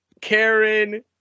Karen